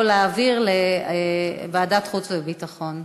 או להעביר לוועדת החוץ והביטחון.